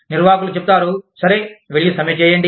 నిర్వాహకులు చెప్తారు సరే వెళ్లి సమ్మె చేయండి